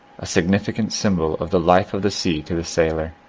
a significant symbol of the life of the sea to the sailor.